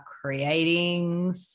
creating